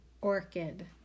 orchid